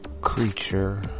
creature